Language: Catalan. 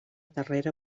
darrera